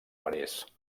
parés